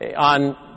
On